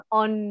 on